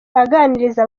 aganiriza